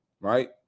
right